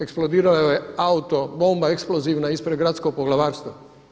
Eksplodirao je auto bomba eksplozivna ispred Gradskog poglavarstva.